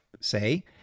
say